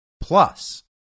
Plus